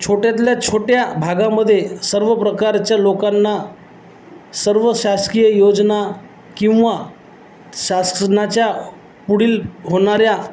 छोट्यातल्या छोट्या भागामध्ये सर्व प्रकारच्या लोकांना सर्व शासकीय योजना किंवा शासनाच्या पुढील होणाऱ्या